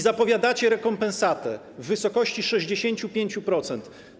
Zapowiadacie rekompensatę w wysokości 65%.